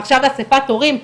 עכשיו אסיפת הורים,